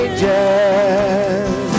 Ages